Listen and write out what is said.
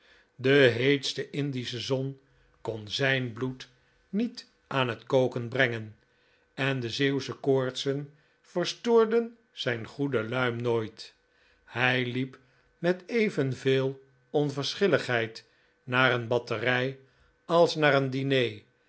de heetste indische zon kon zijh bloed niet aan het koken brengen en de zeeuwsche koortsen verstoorden zijn goede luim nooit hij liep met evenveel onverschilligheid naar een batterij als naar een diner